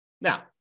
Now